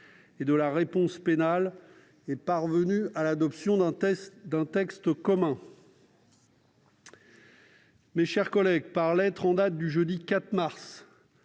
et de la réponse pénale est parvenue à l'adoption d'un texte commun. Par lettre en date du jeudi 4 mars